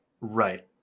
Right